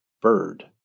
bird